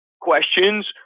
questions